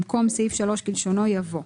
במקום "סעיף 3 כלשונו" יבוא.